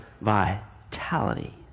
vitality